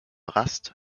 rast